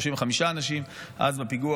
35 אנשים אז בפיגוע